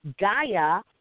Gaia